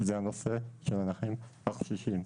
זה הנושא של הנכים הקשישים.